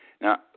Now